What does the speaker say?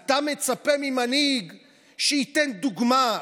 אתה מצפה ממנהיג שייתן דוגמה,